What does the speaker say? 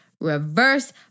reverse